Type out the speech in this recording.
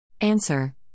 Answer